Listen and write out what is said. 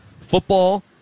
football